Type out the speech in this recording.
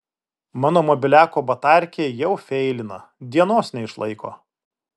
mano mobiliako batarkė jau feilina dienos neišlaiko